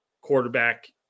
quarterback